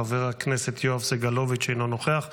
חבר הכנסת יואב סגלוביץ' אינו נוכח,